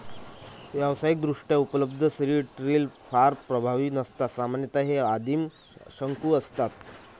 व्यावसायिकदृष्ट्या उपलब्ध seed drill फार प्रभावी नसतात सामान्यतः हे आदिम शंकू असतात